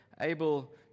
able